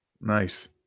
nice